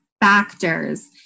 factors